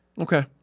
Okay